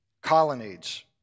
colonnades